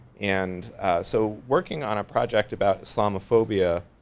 and so working on a project about islamophobia